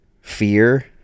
fear